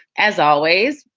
as always,